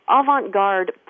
avant-garde